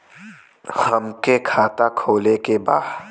हमके खाता खोले के बा?